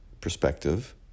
perspective